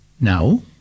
now